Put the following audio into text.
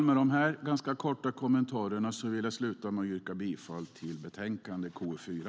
Efter dessa ganska korta kommenterar vill jag sluta med att yrka på godkännande av utskottets anmälan i betänkande KU4.